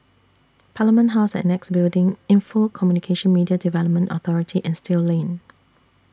Parliament House and Annexe Building Info Communications Media Development Authority and Still Lane